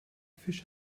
fish